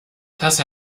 dass